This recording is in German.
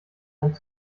land